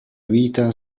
vita